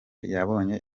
yabonye